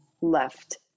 left